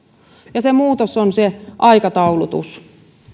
ja se muutos on aikataulutuksessa